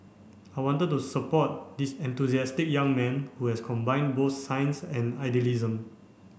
I wanted to support this enthusiastic young man who has combined both science and idealism